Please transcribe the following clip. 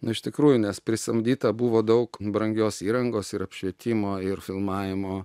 nu iš tikrųjų nes prisamdyta buvo daug brangios įrangos ir apšvietimo ir filmavimo